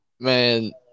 Man